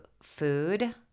Food